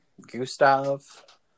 Gustav